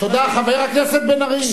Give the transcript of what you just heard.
חבר הכנסת בן-ארי.